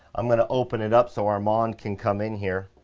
i'm going to open it up so armand can come in here.